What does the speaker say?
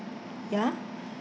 ya